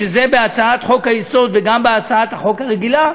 שזה בהצעת חוק-היסוד וגם בהצעת החוק הרגילה,